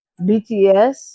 bts